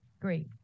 great